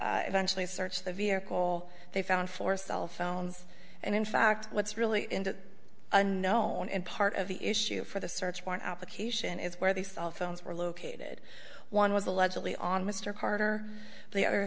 eventually searched the vehicle they found four cell phones and in fact what's really into unknown and part of the issue for the search warrant application is where the cell phones were located one was allegedly on mr carter the other